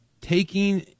taking